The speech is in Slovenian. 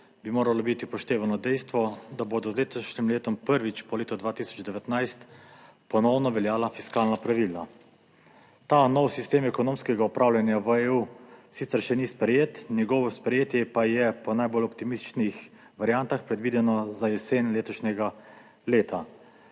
bi moralo biti upoštevano dejstvo, da bodo z letošnjim letom prvič po letu 2019 ponovno veljala fiskalna pravila. Ta nov sistem ekonomskega upravljanja v EU sicer še ni sprejet, njegovo sprejetje pa je po najbolj optimističnih variantah predvideno za jesen letošnjega leta.